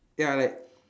ya like